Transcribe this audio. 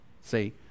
See